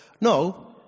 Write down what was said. No